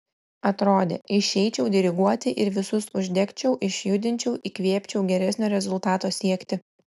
atrodė išeičiau diriguoti ir visus uždegčiau išjudinčiau įkvėpčiau geresnio rezultato siekti